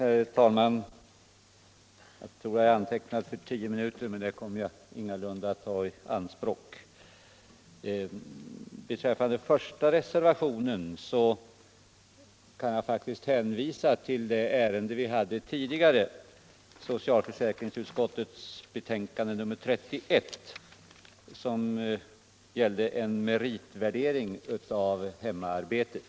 Herr talman! Jag kommer ingalunda att ta i anspråk de tio minuter som jag är antecknad för. : Beträffande den första reservationen kan jag faktiskt hänvisa till det ärende som vi just har behandlat, socialförsäkringsutskottets betänkande nr 31 om meritvärdering av hemarbete.